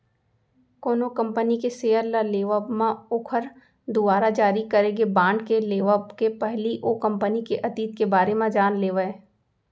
कोनो कंपनी के सेयर ल लेवब म ओखर दुवारा जारी करे गे बांड के लेवब के पहिली ओ कंपनी के अतीत के बारे म जान लेवय